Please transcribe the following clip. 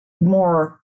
more